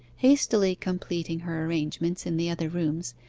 hastily completing her arrangements in the other rooms,